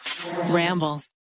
Ramble